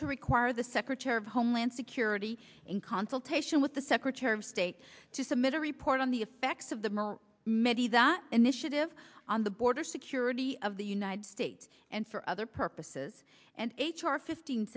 to require the secretary of homeland security in consultation with the secretary of state to submit a report on the effects of them or medi that initiative on the border security of the united states and for other purposes and h r fifteen